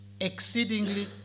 exceedingly